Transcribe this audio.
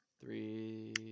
three